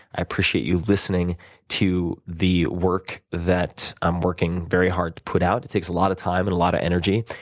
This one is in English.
i appreciate you listening to the work that i'm working very hard to put out. it takes a lot of time and a lot of energy.